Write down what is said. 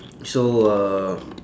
so uh